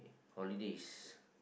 holidays